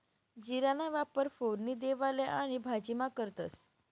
जीराना वापर फोडणी देवाले आणि भाजीमा करतंस